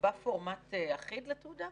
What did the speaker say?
נקבע פורמט אחיד לתעודה?